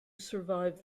survived